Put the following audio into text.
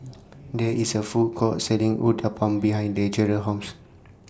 There IS A Food Court Selling Uthapam behind Deralyn's House